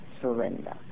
surrender